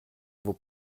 vos